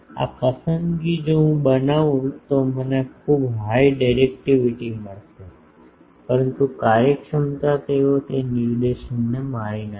આ પસંદગી જો હું બનાવું તો મને ખૂબ હાઈ ડિરેક્ટિવિટી મળશે પરંતુ કાર્યક્ષમતા તેઓ તે નિર્દેશનને મારી નાખશે